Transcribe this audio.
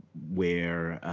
where